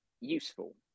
useful